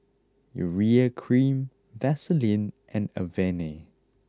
Urea cream Vaselin and Avene